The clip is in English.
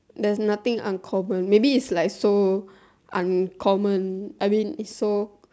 there's nothing uncommon maybe it's like so uncommon I mean it's so